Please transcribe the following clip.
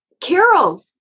Carol